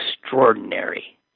extraordinary